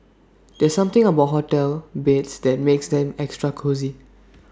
there's something about hotel beds that makes them extra cosy